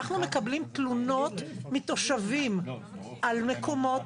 אנחנו מקבלים תלונות מתושבים על מקומות.